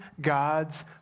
God's